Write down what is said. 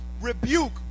rebuke